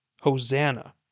Hosanna